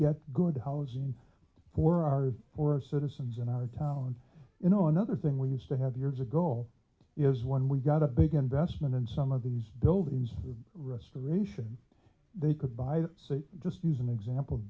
get good housing for our or citizens in our town you know another thing we used to have years ago is when we got a big investment in some of these buildings the restoration they could by just use an example